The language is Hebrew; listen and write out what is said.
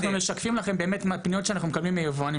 אנחנו משקפים לכם באמת מהפניות שאנחנו מקבלים מיבואנים,